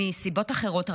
מסיבות אחרות,